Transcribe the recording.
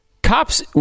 Cops